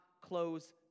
close